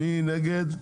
מי נגד?